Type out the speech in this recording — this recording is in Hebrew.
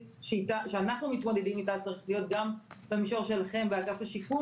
שאנחנו מתמודדים איתה צריך להיות גם במישור שלכם באגף השיקום